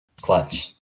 Clutch